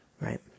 right